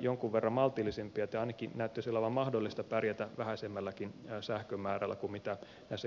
jonkun verran maltillisempia tai ainakin näyttäisi olevan mahdollista pärjätä vähäisemmälläkin sähkön määrällä kuin mitä näissä keskustan arvioissa